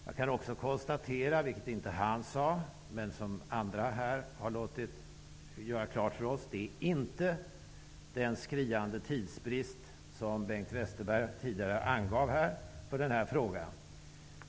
Jag kan också konstatera -- vilket han inte sade, men som andra här har låtit göra klart för oss -- att det inte är en sådan skriande tidsbrist i denna fråga som Bengt Westerberg angav här.